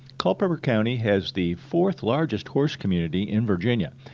culpeper county has the fourth largest horse community in virginia,